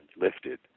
lifted